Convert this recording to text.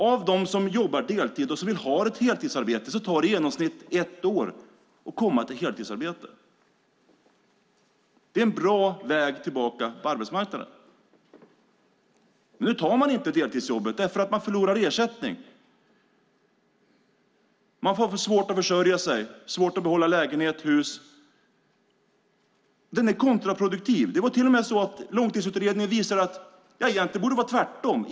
För dem som jobbar deltid men som vill ha ett heltidsarbete tar det i genomsnitt ett år att komma till heltidsarbete. Det är en bra väg tillbaka till arbetsmarknaden. Nu tar man inte deltidsjobbet därför att man förlorar ersättning. Man får svårt att försörja sig, svårt att behålla lägenhet eller hus. Begränsningen är kontraproduktiv. Det är till och med så att Långtidsutredningen visar att det egentligen borde vara tvärtom.